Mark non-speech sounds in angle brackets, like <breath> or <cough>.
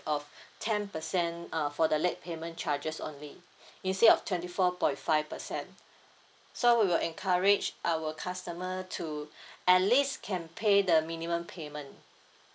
of ten percent uh for the late payment charges only instead of twenty four point five percent so we will encourage our customer to <breath> at least can pay the minimum payment